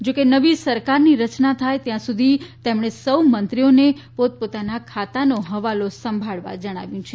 જો કે નવી સરકારની રચના થાય ત્યાં સુધી તેમણે સૌ મંત્રીઓને પોત પોતાના ખાતાનો હવાલો સંભાળવા જણાવ્યું છે